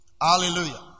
Hallelujah